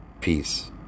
Peace